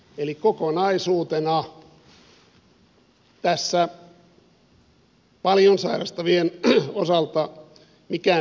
eli kokonaisuutena tässä paljon sairastavien osalta mikään ei parane